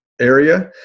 area